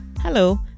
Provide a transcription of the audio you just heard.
Hello